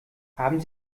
haben